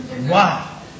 Wow